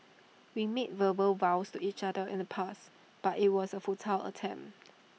we made verbal vows to each other in the past but IT was A futile attempt